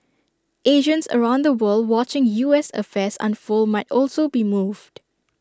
Asians around the world watching U S affairs unfold might also be moved